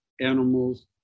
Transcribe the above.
animals